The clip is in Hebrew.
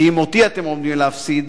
שאם אותי אתם עומדים להפסיד,